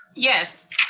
yes.